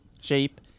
shape